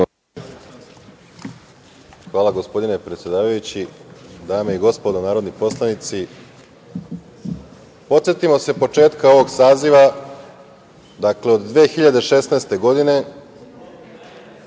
Hvala, gospodine predsedavajući. Dame i gospodo narodni poslanici, podsetimo se početka ovog saziva, dakle od 2016. godine,